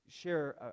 share